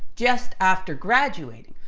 just after graduating,